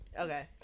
okay